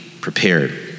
prepared